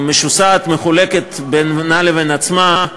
משוסעת, מחולקת בינה לבין עצמה.